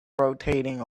rotating